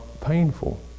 painful